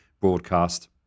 broadcast